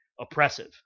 oppressive